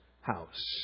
house